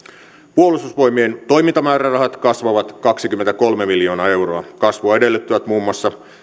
puolustusvoimien toimintamäärärahat kasvavat kaksikymmentäkolme miljoonaa euroa kasvua edellyttävät muun muassa